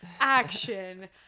action